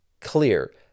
clear